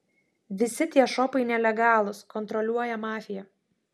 visi tie šopai nelegalūs kontroliuoja mafija